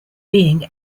being